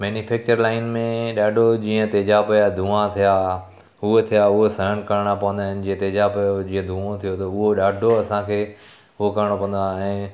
manufacture line में ॾाढो जीअं तेज़ाब जा धुंआ थिया उहो थिया उहो सहणु करणा पवंदा आहिनि जीअं तेज़ाब जो धुंओ थियो त उहो ॾाढो असांखे उहो करणो पवंदो आहे ऐं